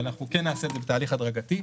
אבל אנחנו כן נעשה את זה בתהליך הדרגתי.